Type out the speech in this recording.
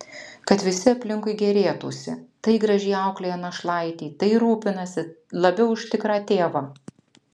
kad visi aplinkui gėrėtųsi tai gražiai auklėja našlaitį tai rūpinasi labiau už tikrą tėvą